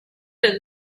been